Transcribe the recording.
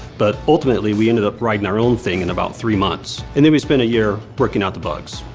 but ultimately, we ended up writing our own thing in about three months. and then, we spent a year working out the bugs.